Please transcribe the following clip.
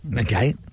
Okay